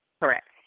Correct